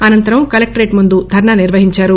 అనంతరం కలెక్టరేట్ ముందు ధర్నా నిర్వహించారు